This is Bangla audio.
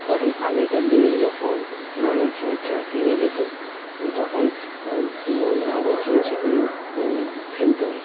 কারণ আগেকার দিনে যখন মানুষজন ট্রেকিংয়ে যেত তখন নোংরা আবর্জনা সেখানে ফেলত না